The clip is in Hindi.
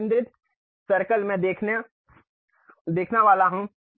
संकिंद्रिक सर्कल मैं देखने वाला हूं